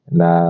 na